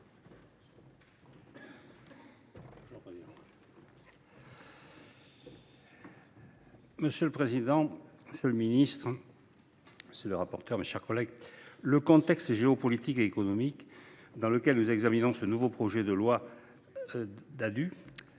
Monsieur le président, monsieur le ministre, mes chers collègues, le contexte géopolitique et économique dans lequel nous examinons ce nouveau projet de loi Ddadue